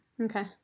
Okay